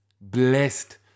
Blessed